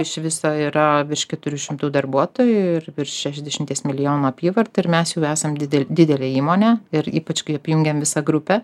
iš viso yra virš keturių šimtų darbuotojų ir virš šešiasdešimties milijonų apyvarta ir mes jau esam didel didelė įmonė ir ypač kai apjungiam visą grupę